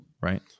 right